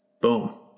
Boom